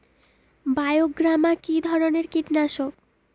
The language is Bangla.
বায়োগ্রামা কিধরনের কীটনাশক?